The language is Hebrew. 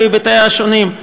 בהיבטיה השונים.